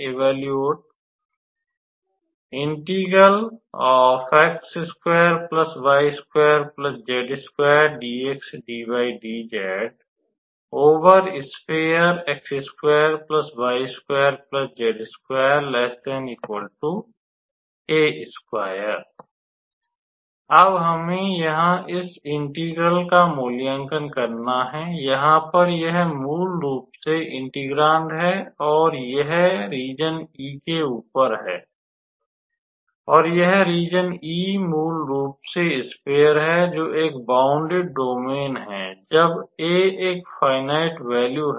evaluate over sphere अब हमें यहां इस इंटीग्रल का मूल्यांकन करना हैयहाँ पर यह मूल रूप से इंटेग्रांड है और यह रीज़न E के ऊपर है और यह रीज़न E मूल रूप से स्फेयर है जो एक बौंडेड डोमेन है जब a एक फ़ाईनाइट वैल्यू है